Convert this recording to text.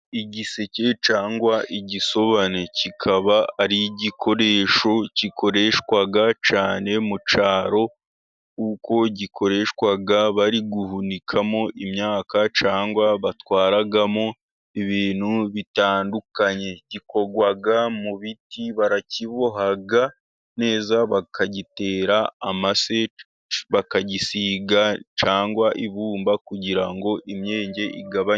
Igiseke cyangwa igisobane, kikaba ari igikoresho gikoreshwa cyane mu cyaro, kuko gikoreshwa bari guhunikamo imyaka, cyangwa batwaramo ibintu bitandukanye. Gikorwa mu biti barakiboha neza bakagitera amase, bakagisiga cyangwa ibumba kugira ngo imyenge igabanyuke.